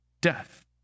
death